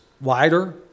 wider